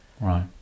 Right